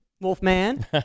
Wolfman